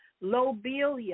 Lobelia